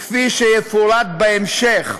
כפי שיפורט בהמשך,